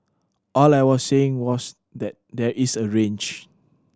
all I was saying was that there is a range